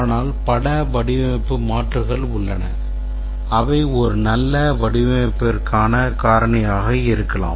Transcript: ஆனால் பல வடிவமைப்பு மாற்றுகள் உள்ளன அவை ஒரு நல்ல வடிவமைப்பிற்கான காரணியாக இருக்கலாம்